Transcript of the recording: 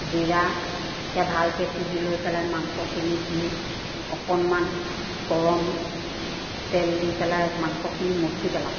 জিৰা সেয়া ভালকে পিহি লৈ পেলাই মাংসখিনিত দি অকণমান গৰম তেল দি পেলাই মাংসখিনি মঠি পেলাওঁ